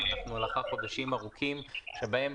אנחנו לאחר חודשים ארוכים שבהם